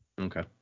okay